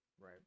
right